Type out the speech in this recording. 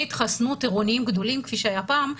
התחסנות עירוניים גדולים כפי שהיה פעם,